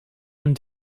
een